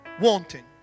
wanting